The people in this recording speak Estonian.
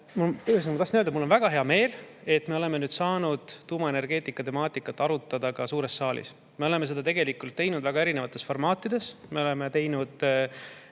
mul on väga hea meel, et me oleme saanud nüüd tuumaenergeetika temaatikat arutada ka suures saalis. Me oleme seda teinud väga erinevates formaatides: me oleme teinud